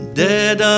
dead